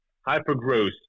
hyper-growth